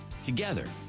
Together